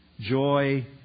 Joy